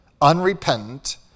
unrepentant